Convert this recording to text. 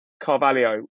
Carvalho